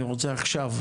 אני רוצה עכשיו.